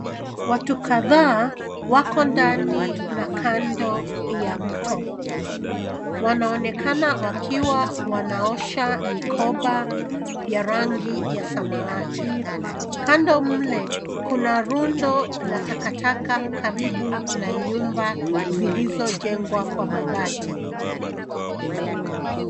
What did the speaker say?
Watu kadhaa wako ndani na kando ya mto. Wanaonekana wakiwa wanaosha mikoba ya rangi ya samawati. Kando mle kuna rundo laa takataka karibu nyumba zilizojengwa kwa mabati.